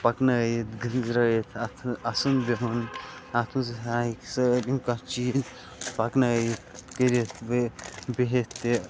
پَکنٲوِتھ گٔنزرٲوِتھ اَتھ اَسُن بِہُن اَتھ منٛز ہسا ہیٚکہِ سُہ سٲلِم کانہہ چیٖز پَکناوِتھ کٔرِتھ بیٚیہِ بِہِتھ تہِ